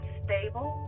stable